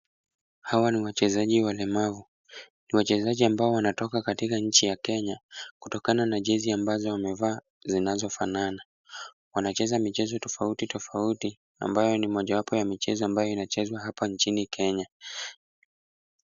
Hawa ni wachezaji walemavu. Ni wachezaji ambao wanatoka katika nchi ya Kenya, kutokana na jinsi ambavyo wamevaa zinazofanana. Wanacheza michezo tofauti tofauti ambayo ni mojawapo ya michezo ambayo inachezwa hapa nchini Kenya.